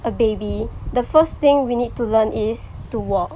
a baby the first thing we need to learn is to walk